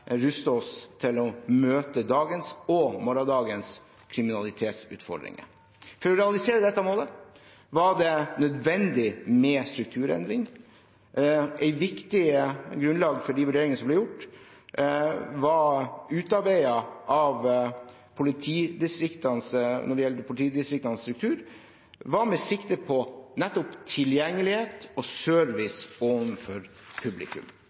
ruster oss til å møte dagens og morgendagens kriminalitetsutfordringer. For å realisere dette målet var det nødvendig med strukturendring. Et viktig grunnlag for de vurderingene som ble gjort når det gjelder politidistriktenes struktur, var at man skulle ta sikte på nettopp tilgjengelighet og service overfor publikum.